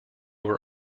were